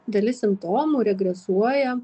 dalis simptomų regresuoja